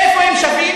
איפה הם שווים?